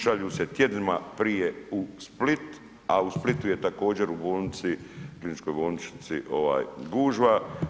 Šalju se tjednima prije u Split, a u Splitu je također, u bolnici, kliničkoj bolnici gužva.